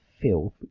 filth